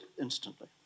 instantly